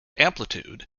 amplitude